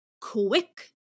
quick